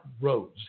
roads